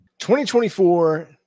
2024